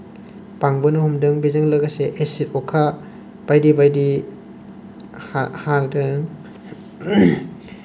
बांबोनो हमदों बेजों लोगोसे एसिड अखा बायदि बायदि हादों